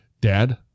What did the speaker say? dad